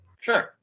Sure